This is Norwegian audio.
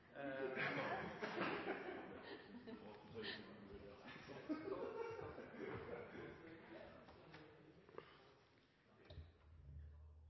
men at jeg